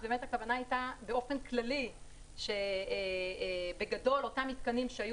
הכוונה הייתה באופן כללי שבגדול אותם מתקנים שהיו